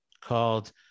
called